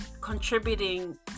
contributing